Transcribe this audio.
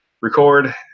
record